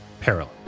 parallel